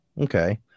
Okay